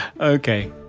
Okay